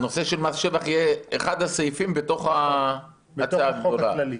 הנושא של מס שבח יהיה אחד הסעיפים בתוך החוק הכללי?